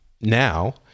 now